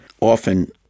often